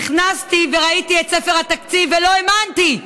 נכנסתי וראיתי את ספר התקציב ולא האמנתי.